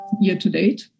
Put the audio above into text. year-to-date